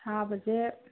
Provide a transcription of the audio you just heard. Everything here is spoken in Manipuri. ꯁꯥꯕꯁꯦ